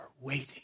waiting